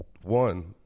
One